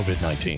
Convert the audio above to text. COVID-19